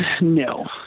No